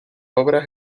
obras